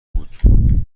بود